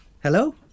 Hello